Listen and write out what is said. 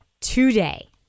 today